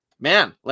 man